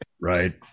Right